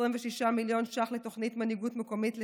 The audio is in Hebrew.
26 מיליון ש"ח לתוכנית מנהיגות מקומית לצעירים,